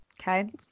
Okay